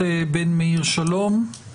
רב מדי הבית הזה לא שדרג